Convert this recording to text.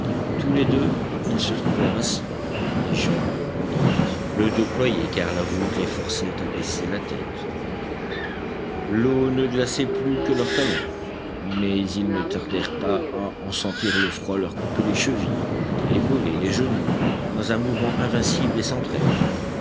tous les deux ils se trouvèrent assis les jambes pendantes le dos ployé car la voûte les forçait à baisser la tête l'eau ne glaçait plus que leurs talons mais ils ne tardèrent pas à en sentir le froid leur couper les chevilles les mollets les genoux dans un mouvement invincible et sans trêve